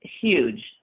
huge